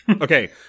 Okay